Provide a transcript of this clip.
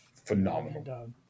Phenomenal